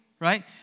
Right